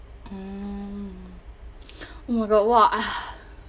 mm oh my god [what] ah